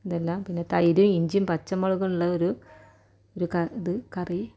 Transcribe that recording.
ഇതെല്ലാം പിന്നെ തൈര് ഇഞ്ചിയും പച്ചമുളകും ഉള്ള ഒരു ഒരു ഇത് കറി